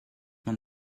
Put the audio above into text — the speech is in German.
man